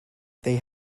they